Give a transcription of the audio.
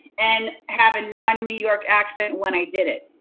and have a non-new york accent when i did it.